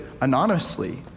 anonymously